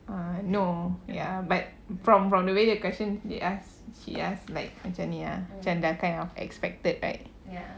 ah no ya but from from the way the question they ask she ask like macam ni ah they're kind of expected right